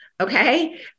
Okay